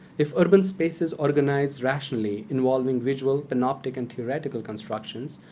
if urban spaces organize rationally, involving visual, binoptic, and theoretical constructions,